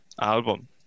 album